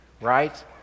right